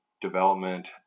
development